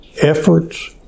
efforts